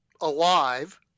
alive